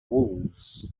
wolves